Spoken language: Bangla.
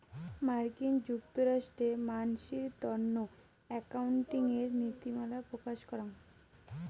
মার্কিন যুক্তরাষ্ট্রে মানসির তন্ন একাউন্টিঙের নীতিমালা প্রকাশ করাং